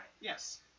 Yes